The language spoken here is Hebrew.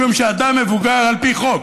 משום שאדם מבוגר, על פי חוק,